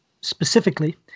specifically